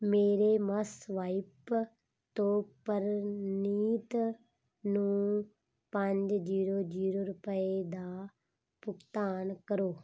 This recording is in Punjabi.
ਮੇਰੇ ਮਸਵਾਇਪ ਤੋਂ ਪ੍ਰਨੀਤ ਨੂੰ ਪੰਜ ਜੀਰੋ ਜੀਰੋ ਰੁਪਏ ਦਾ ਭੁਗਤਾਨ ਕਰੋ